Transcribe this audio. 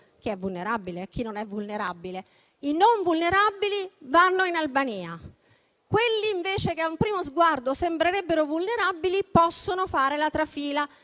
chi è vulnerabile e chi non lo è), vanno in Albania. Quelli invece che a un primo sguardo sembrerebbero vulnerabili possono fare la trafila